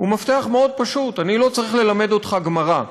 הוא מפתח מאוד פשוט, אני לא צריך ללמד אותך גמרא: